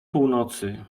północy